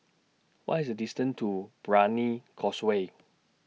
What IS The distance to Brani Causeway